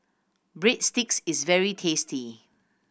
breadsticks is very tasty